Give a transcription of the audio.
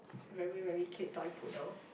very very cute toy poodle